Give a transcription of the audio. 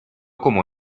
como